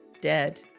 dead